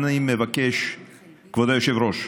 כבוד היושב-ראש,